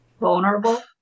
vulnerable